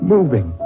Moving